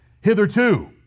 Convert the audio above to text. hitherto